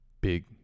big